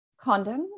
Condoms